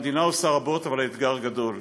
המדינה עושה רבות, אבל האתגר גדול.